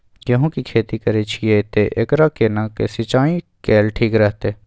गेहूं की खेती करे छिये ते एकरा केना के सिंचाई कैल ठीक रहते?